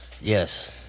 Yes